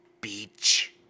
Beach